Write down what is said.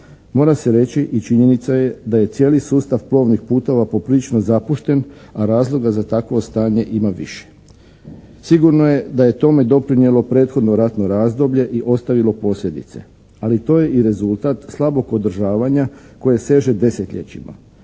Mora se reći i činjenica je da je cijeli sustav plovnih putova poprilično zapušten a razloga za takvo stanje ima više. Sigurno je da je tome doprinijelo prethodno ratno razdoblje i ostavilo posljedice. Ali to je i rezultat slabog održavanja koje seže desetljećima.